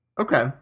okay